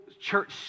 church